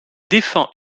défend